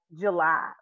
July